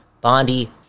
Bondi